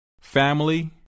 family